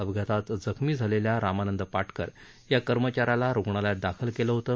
अपघातात जखमी झालेल्या रामानंद पाटकर या कर्मचाऱ्याला रुग्णालयात दाखल केलं होतं